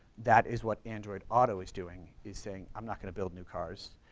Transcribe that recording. that is what android auto is doing is saying i'm not gonna build new cars,